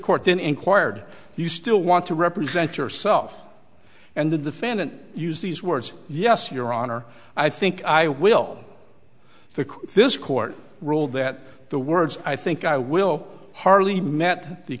court then inquired you still want to represent yourself and the defendant used these words yes your honor i think i will the this court ruled that the words i think i will hardly met the